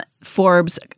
Forbes